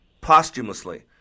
posthumously